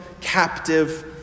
captive